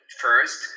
first